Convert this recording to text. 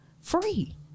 free